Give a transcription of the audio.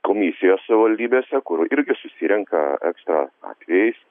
komisijos savivaldybėse kur irgi susirenka ekstra atvejais